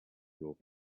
will